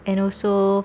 and also